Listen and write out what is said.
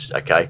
okay